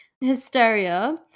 hysteria